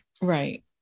Right